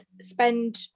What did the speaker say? spend